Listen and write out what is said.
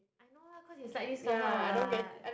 I know lah cause it's slightly scarlet [what]